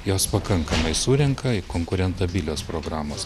jos pakankamai surenka konkurentabilios programos